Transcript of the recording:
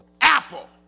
apple